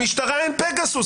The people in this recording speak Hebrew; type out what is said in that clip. למשטרה אין פגסוס,